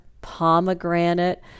pomegranate